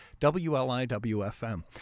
WLIWFM